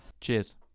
Cheers